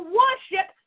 worship